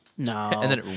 No